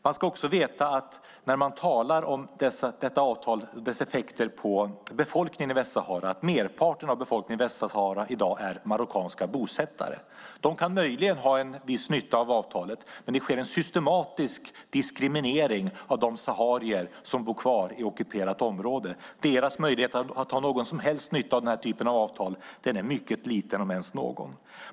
Man ska veta, när man talar om detta avtal och dess effekter på befolkningen i Västsahara, att merparten av befolkningen i Västsahara i dag är marockanska bosättare. De kan möjligen ha en viss nytta av avtalet. Men det sker en systematisk diskriminering av de saharier som bor kvar i ockuperat område. Deras möjlighet att ha någon som helst nytta av den här typen av avtal är mycket liten, om ens någon.